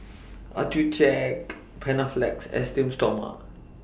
Accucheck Panaflex Esteem Stoma